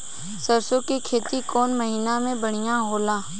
सरसों के खेती कौन महीना में बढ़िया होला?